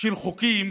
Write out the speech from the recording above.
של חוקים,